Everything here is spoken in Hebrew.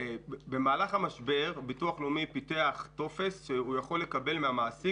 במהלך המשבר הביטוח הלאומי פיתח טופס שיכול לקבל מהמעסיק